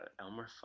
Elmer